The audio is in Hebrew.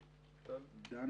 בבקשה, דן